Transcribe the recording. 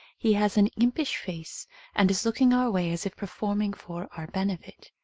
he has an impish face and is looking our way as if per forming for our benefit.